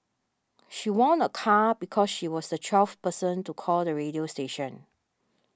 she won a car because she was the twelfth person to call the radio station